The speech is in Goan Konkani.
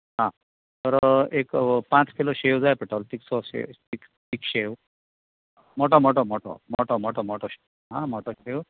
आं तर एक पांच किलो शेव जाय पडटलो तिकसो शे तीक शेव मोठो मोठो मोठो मोठो मोठो मोठो शेव आं मोठो शेव